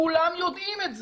כולם יודעים את זה.